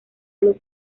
los